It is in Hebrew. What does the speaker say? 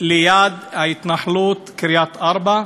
ליד ההתנחלות קריית-ארבע,